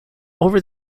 over